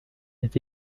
est